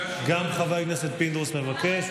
גם חבר הכנסת פינדרוס מבקש,